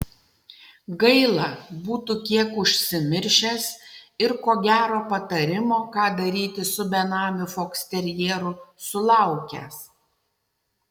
gaila būtų kiek užsimiršęs ir ko gero patarimo ką daryti su benamiu foksterjeru sulaukęs